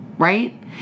Right